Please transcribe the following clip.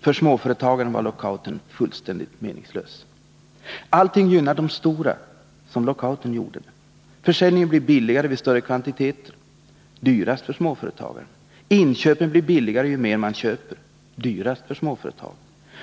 För småföretagaren var lockouten fullständigt meningslös. Allting gynnar de stora, som lockouten gjorde det. Försäljningen blir billigare vid större kvantiteter — dyrast för småföretagaren. Inköpen blir billigare ju mer man köper — dyrast för småföretaget.